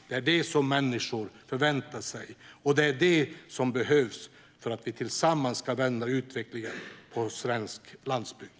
Det är detta som människor förväntar sig, och det är detta som behövs för att vi tillsammans ska vända utvecklingen på svensk landsbygd.